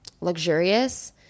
luxurious